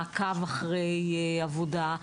מעקב אחרי עבודה,